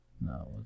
No